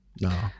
No